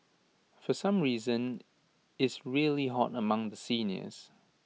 for some reason is really hot among the seniors